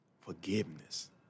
forgiveness